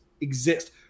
exist